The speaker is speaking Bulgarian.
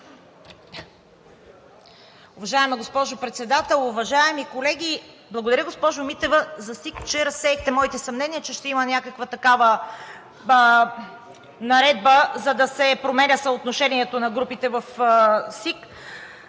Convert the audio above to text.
Уважаема госпожо Председател, уважаеми колеги! Благодаря, госпожо Митева, че разсеяхте моите съмнения, че ще има някаква такава наредба, за да се промени съотношението на групите в СИК.